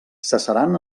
cessaran